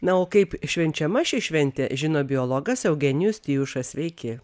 na o kaip švenčiama ši šventė žino biologas eugenijus tijušas sveiki